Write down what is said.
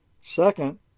Second